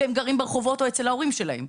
והם גרים ברחובות או אצל ההורים שלהם,